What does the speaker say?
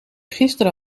gisteren